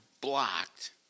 blocked